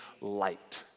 light